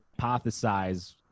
hypothesize